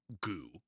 goo